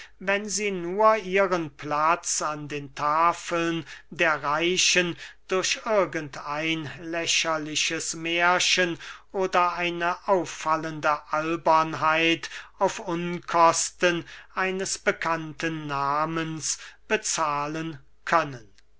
wenn sie nur ihren platz an den tafeln der reichen durch irgend ein lächerliches mährchen oder eine auffallende albernheit auf unkosten eines bekannten nahmens bezahlen können